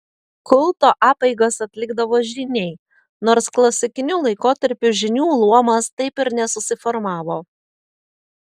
kulto apeigas atlikdavo žyniai nors klasikiniu laikotarpiu žynių luomas taip ir nesusiformavo